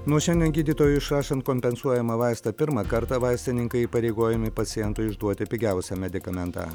nuo šiandien gydytojui išrašant kompensuojamą vaistą pirmą kartą vaistininkai įpareigojami pacientui išduoti pigiausią medikamentą